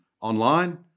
online